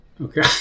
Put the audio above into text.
Okay